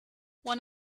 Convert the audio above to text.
one